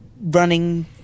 running